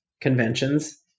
conventions